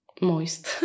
moist